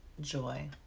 joy